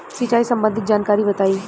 सिंचाई संबंधित जानकारी बताई?